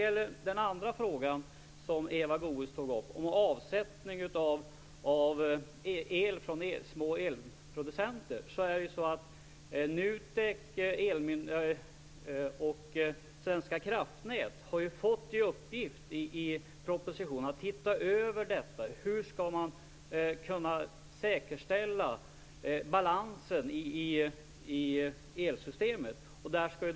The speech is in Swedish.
I den andra fråga som Eva Goës tog upp, om avsättning av el från små elproducenter, har NUTEK och Svenska Kraftnät enligt propositionen fått i uppgift att se över hur balansen i elsystemet skall kunna säkerställas.